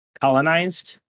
colonized